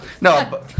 No